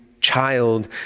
child